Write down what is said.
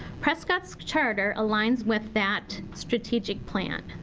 prescott's charter aligns with that strategic plan.